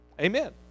Amen